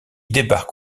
débarque